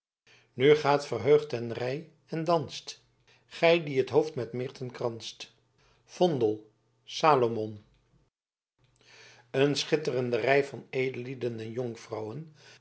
nu gaet verheugt ten rei en danst ghy die het hoofd met mirten kranst vondel salomon een schitterende rij van edellieden en jonkvrouwen